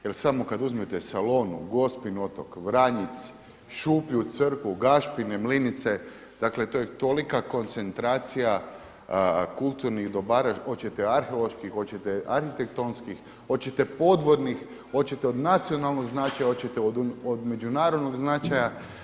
Jer samo kad uzmete Salonu, Gospin otok, Vranjic, Šuplju crkvu, Gašpine mlinice dakle to je tolika koncentracija kulturnih dobara hoćete arheoloških, hoćete arhitektonskih, hoćete podvodnih, hoćete od nacionalnog značaja, hoćete od međunarodnog značaja.